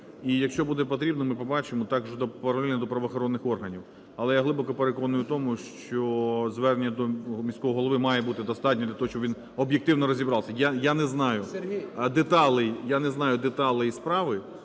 І, якщо буде потрібно, ми побачимо, так же паралельно до правоохоронних органів. Але я глибоко переконаний в тому, що звернення до міського голови має бути достатнім для того, щоб він об'єктивно розібрався. Я не знаю деталей,